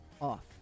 off